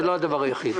זה לא הדבר היחיד.